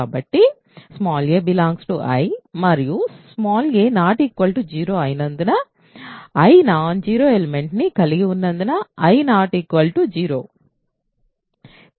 కాబట్టి a I మరియు a 0 అయినందున I నాన్ జీరో ఎలిమెంట్స్ ని కలిగి ఉన్నందున I 0